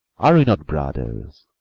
are we not brothers?